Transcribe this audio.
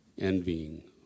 envying